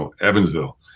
Evansville